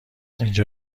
اینجا